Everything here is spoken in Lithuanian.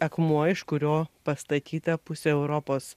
akmuo iš kurio pastatyta pusė europos